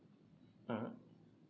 mmhmm